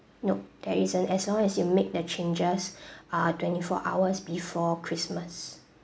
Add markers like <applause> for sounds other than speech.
nope there isn't as long as you make the changes <breath> uh twenty four hours before christmas